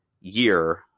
year